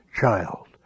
child